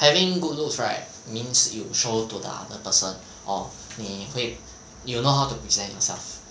having good looks right means you show to the other person or 你会 you will know how to present yourself